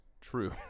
true